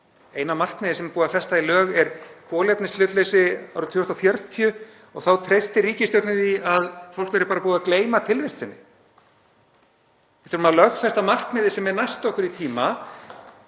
Eina markmiðið sem er búið að festa í lög er kolefnishlutleysi árið 2040 og þá treysti ríkisstjórnin því að fólk væri bara búið að gleyma tilvist sinni. Við þurfum að lögfesta markmiðið sem er næst okkur í tíma